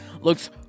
looks